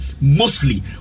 mostly